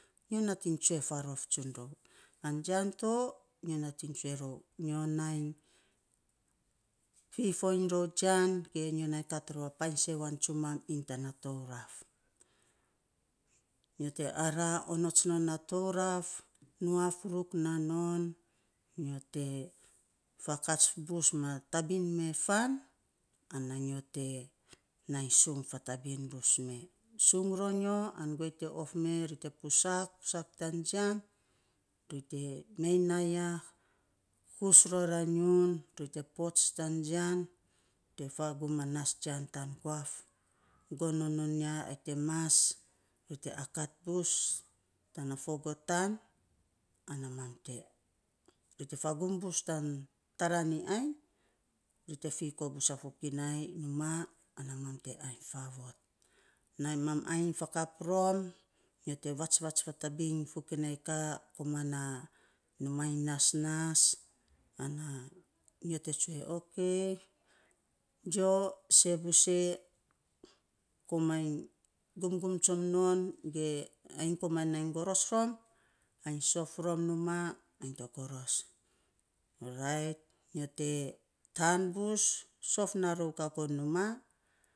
Nyo nating tsue faarof tsu rou, an jian to, nyo nating tsue rou, nyo nai fifoiny iny rou jian, ge nyo nai kat rou painy sewan tsumam iny tana touraf. Nyo te araa onots non a touraf, nuak ruk na non, nyo te fakats bus ma tabin meee fan, ana nyo te nai sung fatabin bus mee sung ronyo, an guei te of mee, ri te pusak pusak tan jian ri te mei na ya, kus rora nyiun, te pots tan jian ri te fagum a nas jian tan guaf, gonon non ya ai te maas, ri te akat bus, tana fo gotan ana mam te, ri te fagum bus tana taraniny ainy, ri te fiikoo bus a fokinai numaa ana mam te ainy faavot, nainy mam ainy fakap rom, nyo te vatsvats fatabin fokinai ka komana numaa in nasnas, ana nyo te tsue, okei jio, see bus e, kolmainy gumgum tsom non, ge ai komainy goros rom, ai sof rom numaa ai te goros, ri nyo te taan bus sof naa rou gagon numaa.